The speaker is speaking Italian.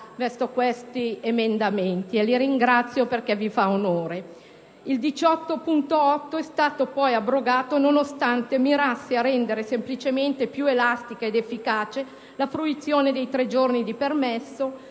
verso questi emendamenti: di ciò li ringrazio perché gli fa onore. L'emendamento 18.9 è stato poi cancellato nonostante mirasse a rendere semplicemente più elastica ed efficace la fruizione dei tre giorni di permesso